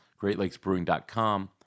greatlakesbrewing.com